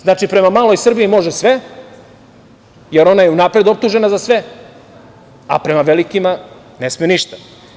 Znači, prema maloj Srbiji može sve, jer ona je unapred optužena za sve, a prema velikima ne sme ništa.